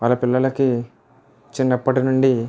వాళ్ల పిల్లలకి చిన్నప్పటి నుండి